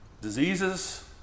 diseases